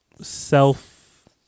self